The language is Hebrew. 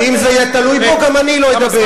אם זה יהיה תלוי בו, גם אני לא אדבר.